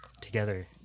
together